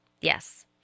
Yes